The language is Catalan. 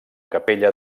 capella